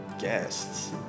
guests